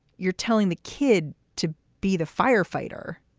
you're telling the kid to be the firefighter.